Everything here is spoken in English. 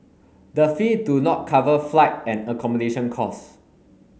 the fee do not cover flight and accommodation costs